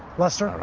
lester?